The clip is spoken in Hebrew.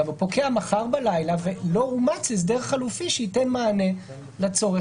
ולא אומץ הסדר חלופי שייתן מענה לצורך